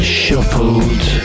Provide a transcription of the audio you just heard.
shuffled